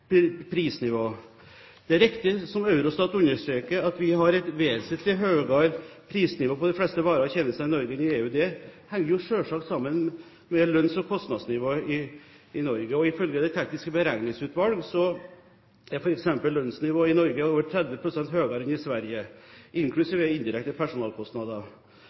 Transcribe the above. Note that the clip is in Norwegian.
prisnivå. Det er riktig som Eurostat understreker, at vi har et vesentlig høyere prisnivå på de fleste varer og tjenester Norge enn i EU. Det henger jo selvsagt sammen med lønns- og kostnadsnivået i Norge. Ifølge Det tekniske beregningsutvalg er f.eks. lønnsnivået i Norge over 30 pst. høyere enn i Sverige, inklusive indirekte personalkostnader.